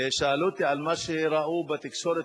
ושאלו אותי על מה שראו בתקשורת,